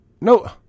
No